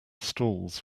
stalls